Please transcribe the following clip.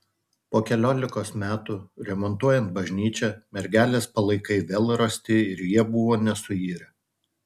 po keliolikos metų remontuojant bažnyčią mergelės palaikai vėl rasti ir jie buvo nesuirę